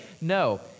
No